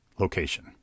location